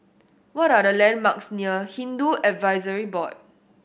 what are the landmarks near Hindu Advisory Board